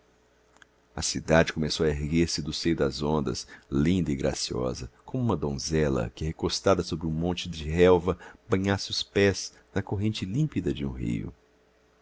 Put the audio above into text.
a cidade começou a erguer-se do seio das ondas linda e graciosa como uma donzela que recostada sobre um monte de relva banhasse os pés na corrente límpida de um rio